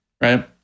right